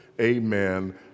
Amen